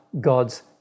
God's